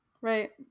Right